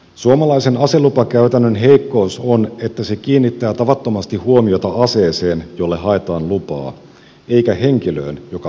suomalaisen aselupakäytännön heikkous on että se kiinnittää tavattomasti huomiota aseeseen jolle haetaan lupaa eikä henkilöön joka lupaa hakee